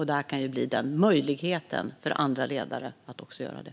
Detta kan bli möjligheten för andra ledare att göra det.